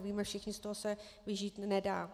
Víme všichni, z toho se vyžít nedá.